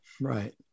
Right